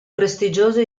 prestigiose